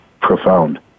profound